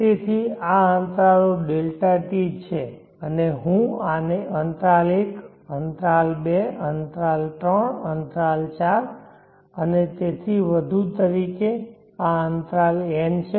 તેથી આ અંતરાલો Δt છે અને હું આને અંતરાલ 1 અંતરાલ 2 અંતરાલ 3 અંતરાલ 4 અને તેથી વધુ તરીકે આ અંતરાલ n છે